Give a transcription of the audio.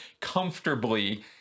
comfortably